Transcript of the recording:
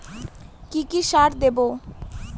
কি কি সার দেবো?